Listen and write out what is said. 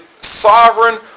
sovereign